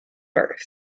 birth